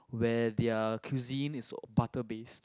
where their cuisine is all butter based